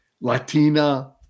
Latina